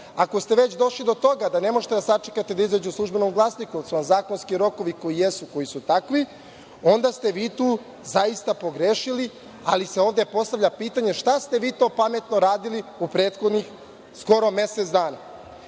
Ako ste već došli do toga da ne možete da sačekate da izađe u „Službenom glasniku“, jer su vam zakonski rokovi koji jesu koji su takvi, onda ste vi tu zaista pogrešili, ali se ovde postavlja pitanje šta ste vi to pametno radili u prethodnih skoro mesec